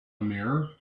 mirror